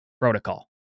protocol